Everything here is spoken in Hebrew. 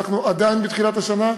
אנחנו עדיין בתחילת השנה,